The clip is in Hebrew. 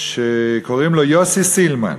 שקוראים לו יוסי סילמן,